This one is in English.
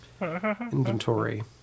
inventory